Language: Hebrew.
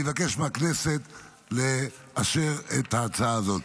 אני מבקש מהכנסת לאשר את ההצעה הזאת.